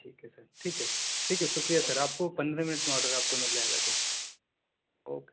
ٹھیک ہے سر ٹھیک ہے ٹھیک ہے شُکریہ سر آپ کو پندرہ منٹ میں آڈر آپ کو مِل جائے گا سر اوکے